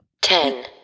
ten